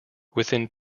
within